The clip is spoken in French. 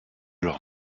leurs